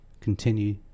continue